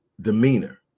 demeanor